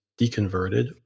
deconverted